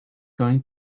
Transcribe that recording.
going